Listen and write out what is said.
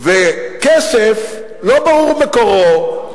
וכסף שלא ברור מקורו,